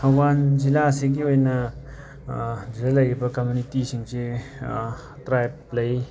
ꯊꯧꯕꯥꯜ ꯖꯤꯂꯥ ꯑꯁꯤꯒꯤ ꯑꯣꯏꯅ ꯑꯁꯤꯗ ꯂꯩꯔꯤꯕ ꯀꯃꯨꯅꯤꯇꯤꯁꯤꯡꯁꯦ ꯇ꯭ꯔꯥꯏꯞ ꯂꯩ